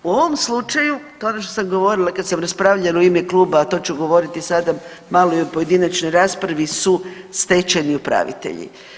U ovom slučaju, to je ono što sam govorila kad sam raspravljala u ime kluba, a to ću govoriti i sada malo i u pojedinačnoj raspravi, su stečajni upravitelji.